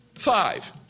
Five